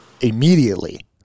immediately